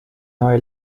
neue